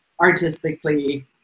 artistically